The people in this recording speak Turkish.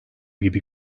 gibi